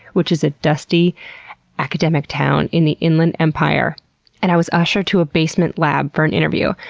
which is a dusty academic town in the inland empire and i was ushered to a basement lab for an interview.